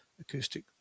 acoustic